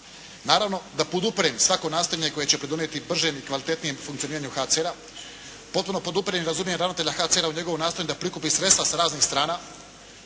naravno da podupirem svako nastojanje koje će pridonijeti bržem i kvalitetnijem funkcioniranju HCR-a, potpuno podupirem ravnatelja HCR-a u njegovom nastojanju da prikupi sredstva sa raznih strana